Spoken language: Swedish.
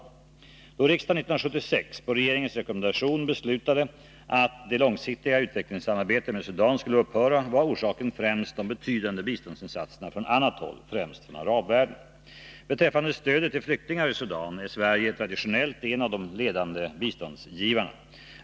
Då riksdagen 1976 på regeringens rekommendation beslutade att det långsiktiga utvecklingssamarbetet med Sudan skulle upphöra, var orsaken främst de betydande biståndsinsatserna från annat håll, främst från arabvärlden. Beträffande stödet till flyktingar i Sudan är Sverige traditionellt en av de ledande biståndsgivarna.